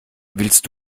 willst